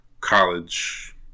college